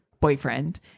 boyfriend